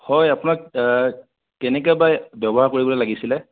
হয় আপোনাক আ কেনেকৈ বা ব্যৱহাৰ কৰিবলৈ লাগিছিলে